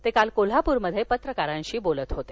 ते काल कोल्हापूर मध्ये पत्रकारांशी बोलत होते